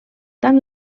tant